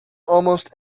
almost